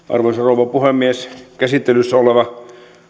arvoisa rouva puhemies käsittelyssä oleva